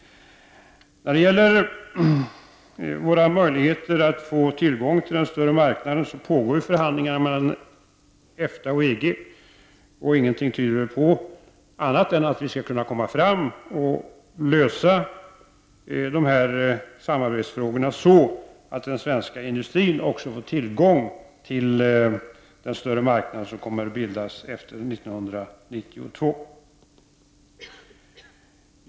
När det gäller våra möjligheter att få tillgång till den större marknaden pågår förhandlingar mellan EFTA och EG. Ingenting tyder på annat än att vi skall kunna lösa samarbetsfrågorna så, att den svenska industrin också får tillgång till den större marknad som kommer att bildas efter 1992.